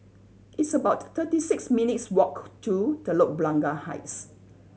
it's about thirty six minutes' walk to Telok Blangah Heights